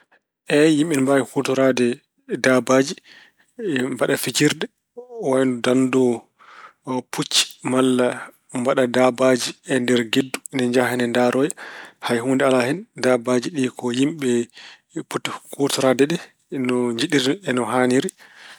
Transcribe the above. Eey, yimɓe ine mbaawi huutoraade daabaaji mbaɗa fijirde wayno danndoo pucci. Malla mbaɗa daabaaji e nder geddu, ne njaha ne ndaaroya. Hay huunde alaa hen. Daabaaji ɗi ko yimɓe poti huutoraade ɗe, no njiɗiri e no haaniri.